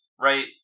right